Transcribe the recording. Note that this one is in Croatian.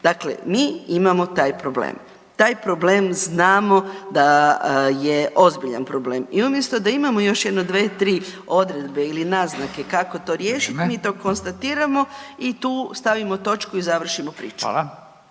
Dakle mi imamo taj problem. Taj problem znamo da je ozbiljan problem i umjesto da imamo još jedno 2, 3 odredbe ili naznake kako to riješiti, mi to konstatiramo i tu stavimo točku i završimo priču.